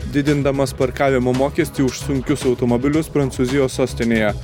didindamas parkavimo mokestį už sunkius automobilius prancūzijos sostinėje